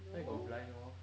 there got blind lor